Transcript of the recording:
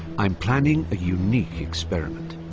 i'm planning a unique experiment.